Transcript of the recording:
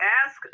ask